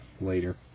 later